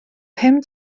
pum